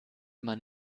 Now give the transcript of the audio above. man